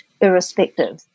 irrespective